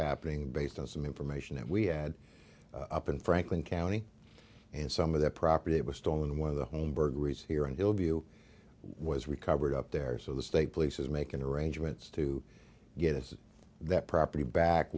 happening based on some information that we had up in franklin county and some of their property it was stolen and one of the home burglaries here in hillview was recovered up there so the state police is making arrangements to get that property back